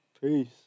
Peace